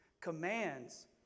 commands